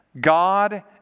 God